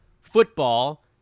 football